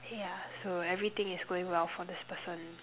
yeah so everything is going well for this person